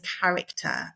character